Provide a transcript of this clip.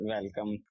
Welcome